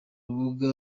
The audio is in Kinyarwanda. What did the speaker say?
rubuga